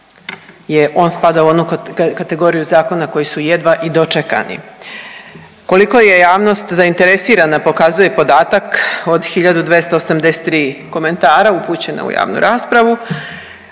on spada u onu kategoriju zakona koji su jedva i dočekani. Koliko je javnost zainteresirana pokazuje i podatak od 1283 komentara upućena u javnu raspravu,